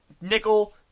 Nickel